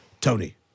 Tony